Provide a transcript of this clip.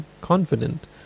confident